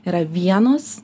yra vienos